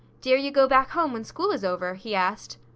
dare you go back home when school is over? he asked.